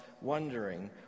wondering